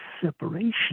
separation